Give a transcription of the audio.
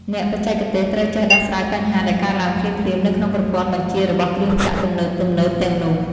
អ្នកបច្ចេកទេសត្រូវចេះដោះស្រាយបញ្ហាដែលកើតឡើងភ្លាមៗនៅក្នុងប្រព័ន្ធបញ្ជារបស់គ្រឿងចក្រទំនើបៗទាំងនោះ។